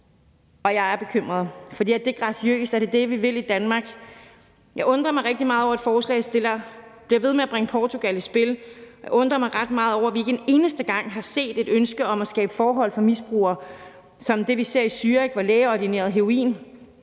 Jeg er bekymret, for er det graciøst, er det det, vi vil i Danmark? Jeg undrer mig rigtig meget over, at forslagsstillerne bliver ved med at bringe Portugal i spil. Jeg undrer mig ret meget over, at vi ikke en eneste gang har set et ønske om at skabe forhold for misbrugere, som det, vi ser Zürich, hvor lægeordineret heroin